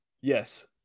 yes